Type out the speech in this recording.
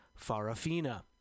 Farafina